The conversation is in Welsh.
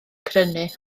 crynu